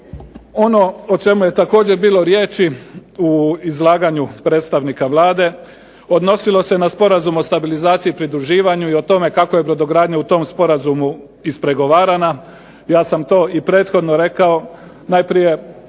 Ono o čemu je također bilo riječi u izlaganju predstavnika Vlade, odnosilo se na Sporazum o stabilizaciji i pridruživanju i o tome kako je brodogradnja u tom sporazumu ispregovarana . ja sam to i prethodno rekao najprije